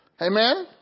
Amen